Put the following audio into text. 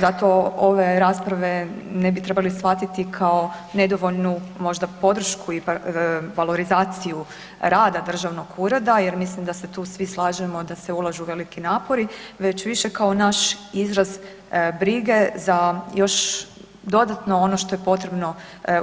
Zato ove rasprave ne bi trebali shvatiti kao nedovoljnu možda podršku i valorizaciju rada državnog ureda jer mislim da se tu svi slažemo da se ulažu veliki napori već više kao naš izraz brige za još dodatno ono što je potrebno